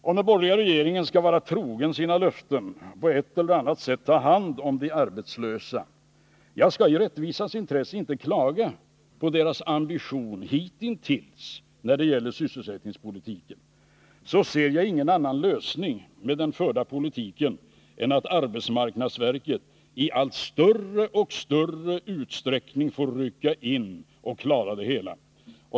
Om den borgerliga regeringen skall vara trogen sina löften och på ett eller annat sätt ta hand om de arbetslösa — jag skall i rättvisans intresse inte klaga på dess ambitioner hittills när det gällt sysselsättningspolitiken — så ser jag ingen annan lösning med den förda politiken än att arbetsmarknadsverket i allt större utsträckning får rycka in och klara det hela.